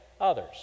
others